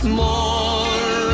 more